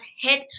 hit